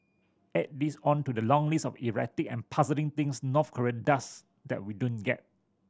add this on to the long list of erratic and puzzling things North Korea does that we don't get